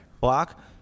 Block